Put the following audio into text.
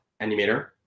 animator